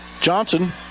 Johnson